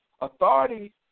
authority